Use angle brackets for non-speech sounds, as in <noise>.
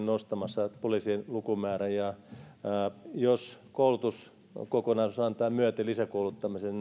<unintelligible> nostamassa poliisien lukumäärän ja jos koulutuskokonaisuus antaa myöten lisäkouluttamisen <unintelligible>